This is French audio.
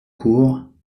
court